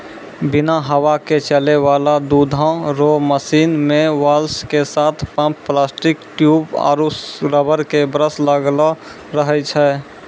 बिना हवा के चलै वाला दुधो रो मशीन मे वाल्व के साथ पम्प प्लास्टिक ट्यूब आरु रबर के ब्रस लगलो रहै छै